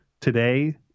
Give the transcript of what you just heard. today